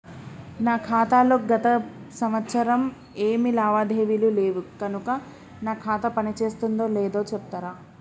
నా ఖాతా లో గత సంవత్సరం ఏమి లావాదేవీలు లేవు కనుక నా ఖాతా పని చేస్తుందో లేదో చెప్తరా?